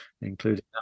including